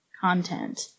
content